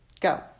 Go